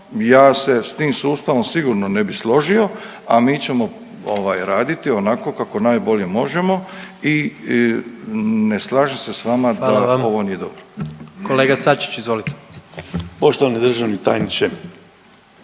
Ja se s tim sustavom sigurno ne bi složio, a mi ćemo ovaj raditi onako kako najbolje možemo i ne slažem se s vama da ovo nije dobro. **Jandroković, Gordan (HDZ)** Hvala vam.